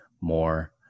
more